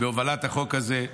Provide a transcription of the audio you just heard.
בהובלת החוק הזה,